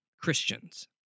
Christians